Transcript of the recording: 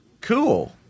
Cool